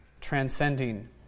transcending